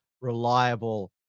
reliable